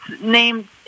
named